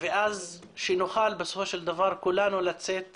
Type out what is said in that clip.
ואז שנוכל בסופו של דבר כולנו לצאת